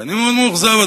ואני מאוד מאוכזב,